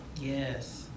Yes